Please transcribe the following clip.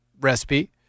recipe